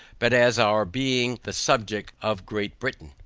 but as our being the subjects of great britain.